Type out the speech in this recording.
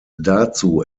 dazu